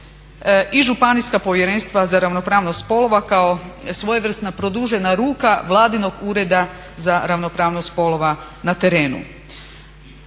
i županijska povjerenstva za ravnopravnost spolova kao svojevrsna produžena ruka vladinog ureda za ravnopravnost spolova na terenu.